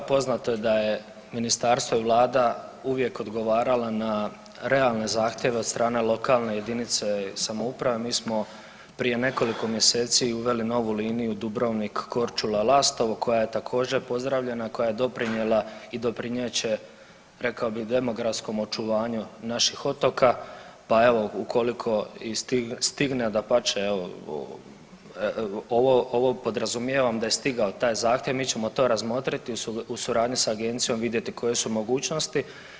Pa evo poznato je da je ministarstvo i vlada uvijek odgovarala na realne zahtjeve od strane lokalne jedinice samouprave, mi smo prije nekoliko mjeseci uveli novu liniju Dubrovnik – Korčula – Lastovo koja je također pozdravljena, koja je doprinijela i doprinijet će rekao bih demografskom očuvanju naših otoka, pa evo ukoliko i stigne dapače evo ovo podrazumijevam da je stigao taj zahtjev, mi ćemo to razmotriti i u suradnji sa agencijom vidjeti koje su mogućnosti.